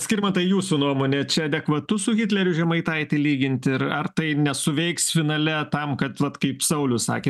skirmantai jūsų nuomone čia adekvatu su hitleriu žemaitaitį lyginti ir ar tai nesuveiks finale tam kad vat kaip saulius sakė